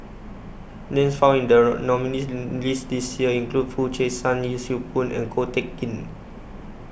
Names found in The nominees' list This Year include Foo Chee San Yee Siew Pun and Ko Teck Kin